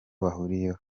bahuriyeho